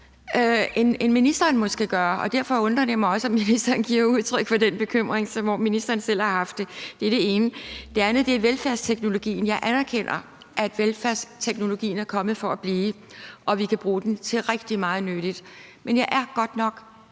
end ministeren måske gør, og derfor undrer det mig også, at ministeren giver udtryk for den bekymring, som om ministeren selv har haft den. Det er det ene. Det andet er velfærdsteknologien. Jeg anerkender, at velfærdsteknologien er kommet for at blive, og at vi kan bruge den til rigtig meget nyttigt, men jeg er godt nok